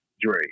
Dre